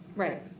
right.